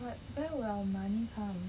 but where will our money come